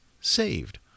saved